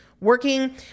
working